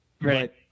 Right